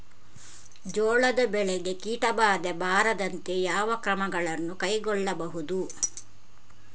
ಜೋಳದ ಬೆಳೆಗೆ ಕೀಟಬಾಧೆ ಬಾರದಂತೆ ಯಾವ ಕ್ರಮಗಳನ್ನು ಕೈಗೊಳ್ಳಬಹುದು?